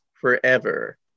forever